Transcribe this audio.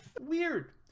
Weird